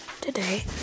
today